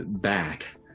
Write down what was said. back